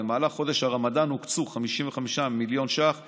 במהלך חודש הרמדאן הוקצו 55 מיליון שקלים